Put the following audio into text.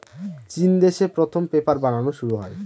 চিন দেশে প্রথম পেপার বানানো শুরু হয়